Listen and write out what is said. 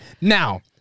Now